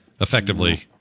Effectively